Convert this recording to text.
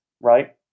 right